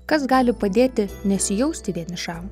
kas gali padėti nesijausti vienišam